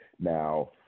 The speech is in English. Now